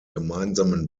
gemeinsamen